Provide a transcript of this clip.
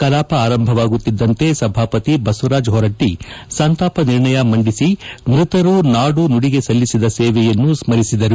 ಕಲಾಪ ಆರಂಭವಾಗುತ್ತಿದ್ದಂತೆ ಸಭಾಪತಿ ಬಸವರಾಜ ಹೊರಟ್ಷಿ ಸಂತಾಪ ನಿರ್ಣಯ ಮಂಡಿಸಿ ಮೃತರು ನಾಡು ನುಡಿಗೆ ಸಲ್ಲಿಸಿದ ಸೇವೆಯನ್ನು ಸ್ಥರಿಸಿದರು